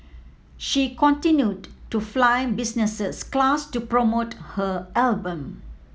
she continued to fly business class to promote her album